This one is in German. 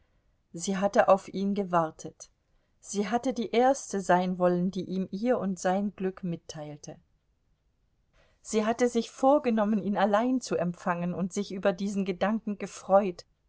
sie hatte auf ihn gewartet sie hatte die erste sein wollen die ihm ihr und sein glück mitteilte sie hatte sich vorgenommen ihn allein zu empfangen und sich über diesen gedanken gefreut